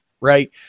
right